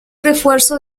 refuerzo